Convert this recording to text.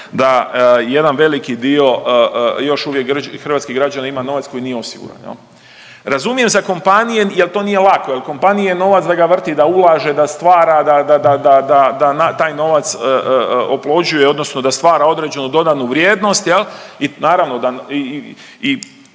da jedan veliki dio još uvijek hrvatskih građana ima novac koji nije osiguran jel. Razumijem za kompanije jel to nije lako jel kompanije novac da ga vrti, da ulaže, da stvara, da, da, da, da, da, da taj novac oplođuje odnosno da stvara određenu dodanu vrijednost jel i naravno da